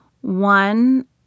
One